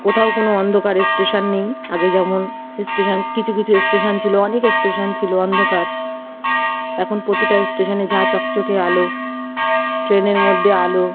কোথাও কোনো অন্ধকার স্টেশান নেই আগে যেমন স্টেশান কিছু কিছু স্টেশান ছিলো অনেক স্টেশান ছিলো অন্ধকার এখন প্রতিটা স্টেশানে ঝাঁ চকচকে আলো ট্রেনের মধ্যে আলো